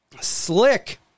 Slick